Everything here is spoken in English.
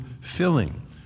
filling